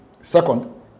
Second